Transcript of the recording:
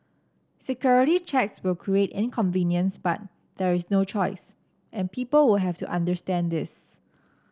security checks will create inconvenience but there is no choice and people will have to understand this